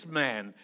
man